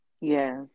Yes